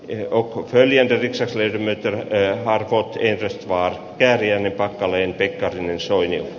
eino veljen tätinsä sydämetön ei narkoottyritys vaan kerjännyt packalen pekka soini